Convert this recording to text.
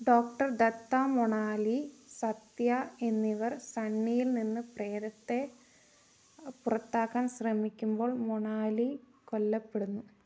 doctor Datta Monali Sathya എന്നിവർ സണ്ണിയിൽനിന്ന് പ്രേതത്തെ പുറത്താക്കാൻ ശ്രമിക്കുമ്പോൾ മൊണാലി കൊല്ലപ്പെടുന്നു